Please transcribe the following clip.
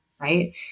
right